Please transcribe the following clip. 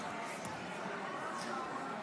--- אם כך, היות שאין הסכמה,